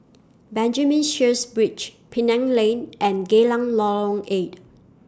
Benjamin Sheares Bridge Penang Lane and Geylang Lorong eight